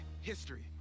history